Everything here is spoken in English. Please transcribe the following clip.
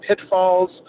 pitfalls